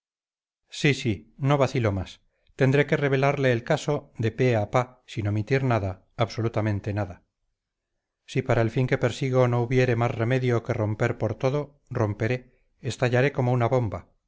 sí no vacilo más tendré que revelarle el caso de pe a pa sin omitir nada absolutamente nada si para el fin que persigo no hubiere más remedio que romper por todo romperé estallaré como una bomba